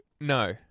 no